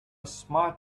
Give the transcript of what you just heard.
smart